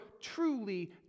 truly